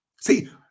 See